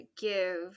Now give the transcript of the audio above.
give